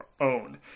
own